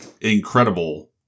incredible